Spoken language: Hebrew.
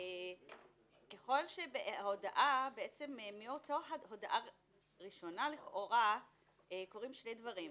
אחרי הודעה ראשונה לכאורה קורים שני דברים.